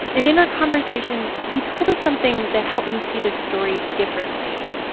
and in our conversation, he told us something that helped me see the story differently.